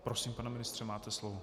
Prosím, pane ministře, máte slovo.